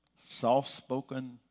soft-spoken